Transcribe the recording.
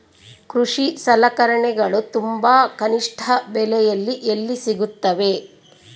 ಕೃಷಿ ಸಲಕರಣಿಗಳು ತುಂಬಾ ಕನಿಷ್ಠ ಬೆಲೆಯಲ್ಲಿ ಎಲ್ಲಿ ಸಿಗುತ್ತವೆ?